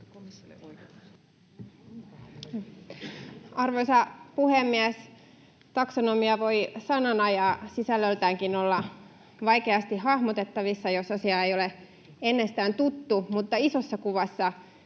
Arvoisa puhemies! ”Taksonomia” voi sanana ja sisällöltäänkin olla vaikeasti hahmotettavissa, jos asia ei ole ennestään tuttu. Mutta isossa kuvassa